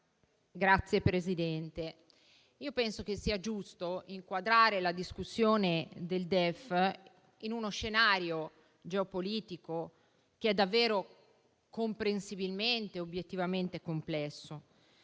Signor Presidente, io penso che sia giusto inquadrare la discussione del DEF in uno scenario geopolitico, che è davvero comprensibilmente ed obiettivamente complesso.